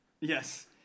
yes